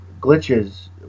glitches